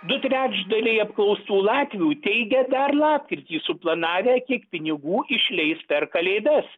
du trečdaliai apklaustų latvių teigia dar lapkritį suplanavę kiek pinigų išleis per kalėdas